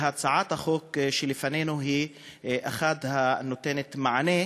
והצעת החוק שלפנינו היא אחת מאלה הנותנות מענה,